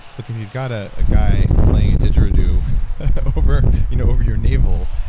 because you've got ah a guy playing a didgeridoo over you know over your navel,